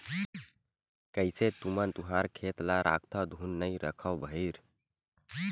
कइसे तुमन तुँहर खेत ल राखथँव धुन नइ रखव भइर?